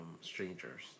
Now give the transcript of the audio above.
strangers